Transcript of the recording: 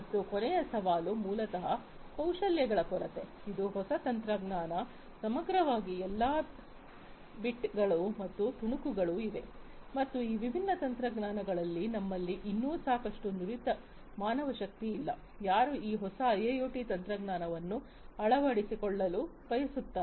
ಮತ್ತು ಕೊನೆಯ ಸವಾಲು ಮೂಲತಃ ಕೌಶಲ್ಯಗಳ ಕೊರತೆ ಇದು ಹೊಸ ತಂತ್ರಜ್ಞಾನ ಸಮಗ್ರವಾಗಿ ಎಲ್ಲಾ ಬಿಟ್ಗಳು ಮತ್ತು ತುಣುಕುಗಳು ಇವೆ ಮತ್ತು ಈ ವಿಭಿನ್ನ ತಂತ್ರಜ್ಞಾನಗಳಲ್ಲಿ ನಮ್ಮಲ್ಲಿ ಇನ್ನೂ ಸಾಕಷ್ಟು ನುರಿತ ಮಾನವಶಕ್ತಿ ಇಲ್ಲ ಯಾರು ಈ ಹೊಸ IIoT ತಂತ್ರಜ್ಞಾನವನ್ನು ಅಳವಡಿಸಿಕೊಳ್ಳಲು ಬಯಸುತ್ತಾರೆ